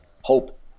hope